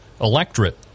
electorate